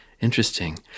Interesting